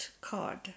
card